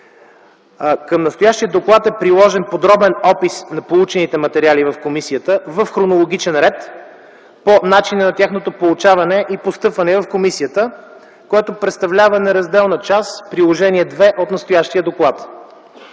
Към настоящия доклад е приложен подробен опис на получените материали в комисията в хронологичен ред по начина на тяхното получаване и постъпване в комисията, което представлява неразделна част – Приложение № 2 от настоящия доклад.